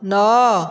ନଅ